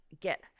get